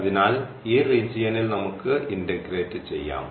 അതിനാൽ ഈ റീജിയനിൽ നമുക്ക് ഇൻറഗ്രേറ്റ് ചെയ്യാം